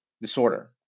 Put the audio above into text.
disorder